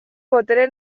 botere